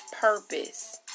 purpose